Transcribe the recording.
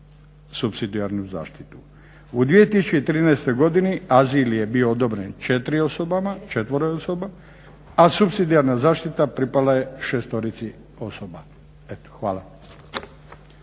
U 2013. godini azil je bio odobren 4 osoba, a supsidijarna zaštita pripala je 6 osoba. Eto hvala.